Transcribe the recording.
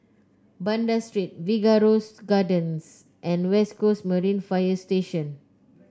Banda Street Figaro Gardens and West Coast Marine Fire Station